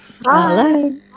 Hello